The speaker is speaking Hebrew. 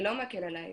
זה לא מקל עליי,